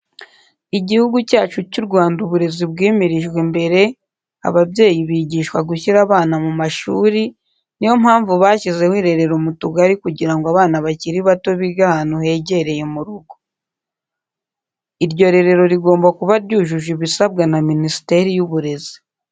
Igihugu cyacu cy'u Rwanda uburezi bwimirijwe imbere, ababyeyi bigishwa gushyira abana mu mashuri, niyo mpamvu bashyizeho irerero mu tugari kugira ngo abana bakiri bato bige ahantu hegereye mu rugo. Iryo rerero rigomba kuba ryujuje ibisabwa na minisiteri y'uburezi.